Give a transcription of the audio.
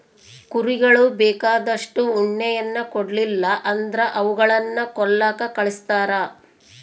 ಕುರಿಗಳು ಬೇಕಾದಷ್ಟು ಉಣ್ಣೆಯನ್ನ ಕೊಡ್ಲಿಲ್ಲ ಅಂದ್ರ ಅವುಗಳನ್ನ ಕೊಲ್ಲಕ ಕಳಿಸ್ತಾರ